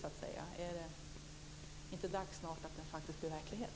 Är det inte snart dags för den att faktiskt bli verklighet?